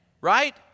right